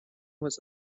was